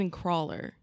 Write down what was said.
crawler